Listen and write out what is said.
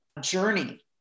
journey